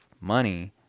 money